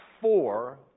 four